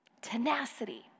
tenacity